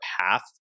path